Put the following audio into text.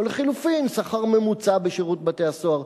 או לחלופין השכר הממוצע בשירות בתי-הסוהר.